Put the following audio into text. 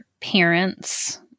parents